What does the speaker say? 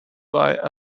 bei